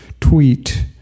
tweet